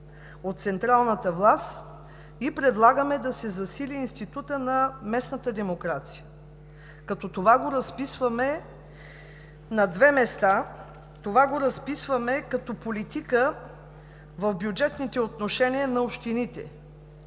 от централната власт и предлагаме да се засили институтът на местната демокрация. Това го разписваме на две места като политика в бюджетните отношения на общините.